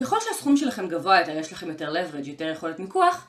ככל שהסכום שלכם גבוה יותר, יש לכם יותר לב ויותר יכולת מיקוח